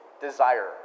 desire